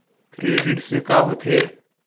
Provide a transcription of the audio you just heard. Credit से का होथे?